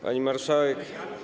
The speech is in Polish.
Pani Marszałek!